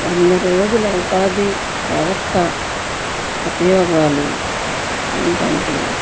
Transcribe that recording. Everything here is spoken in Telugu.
వంద రోజుల ఉపాధి వ్యవస్థ ఉపయోగాలు ఏంటంటే